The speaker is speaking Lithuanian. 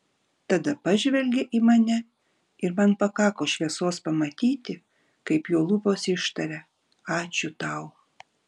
tada pažvelgė į mane ir man pakako šviesos pamatyti kaip jo lūpos ištaria ačiū tau